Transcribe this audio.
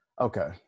Okay